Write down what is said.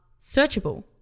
searchable